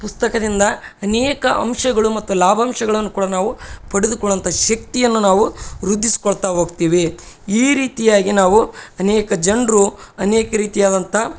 ಪುಸ್ತಕದಿಂದ ಅನೇಕ ಅಂಶಗಳು ಮತ್ತು ಲಾಭಾಂಶಗಳನ್ನು ಕೂಡ ನಾವು ಪಡೆದುಕೊಳ್ಳುವಂಥ ಶಕ್ತಿಯನ್ನು ನಾವು ವೃದ್ದಿಸ್ಕೊಳ್ತಾ ಹೋಗ್ತೀವಿ ಈ ರೀತಿಯಾಗಿ ನಾವು ಅನೇಕ ಜನರು ಅನೇಕ ರೀತಿಯಾದಂಥ